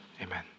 amen